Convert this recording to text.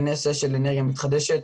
בנושא של אנרגיה מתחדשת,